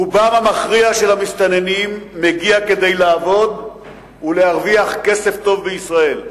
רובם המכריע של המסתננים מגיעים כדי לעבוד ולהרוויח כסף טוב בישראל.